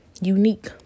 unique